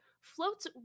floats